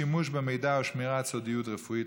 שימוש במידע ושמירת סודיות רפואית),